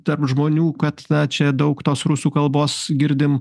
tarp žmonių kad na čia daug tos rusų kalbos girdim